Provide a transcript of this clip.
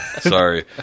Sorry